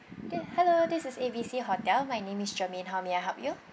ya hello this is A B C hotel my name is germaine how may I help you